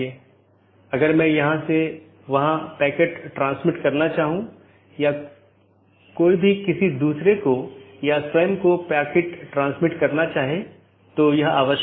दूसरे अर्थ में यह कहने की कोशिश करता है कि अन्य EBGP राउटर को राउटिंग की जानकारी प्रदान करते समय यह क्या करता है